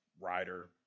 rider